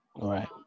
Right